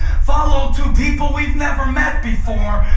followed two people we've never met before,